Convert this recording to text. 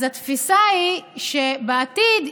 אז התפיסה היא שבעתיד יבנו.